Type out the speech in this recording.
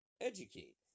Educate